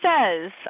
says